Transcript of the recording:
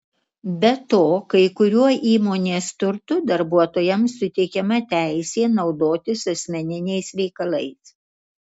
be to kai kuriuo įmonės turtu darbuotojams suteikiama teisė naudotis asmeniniais reikalais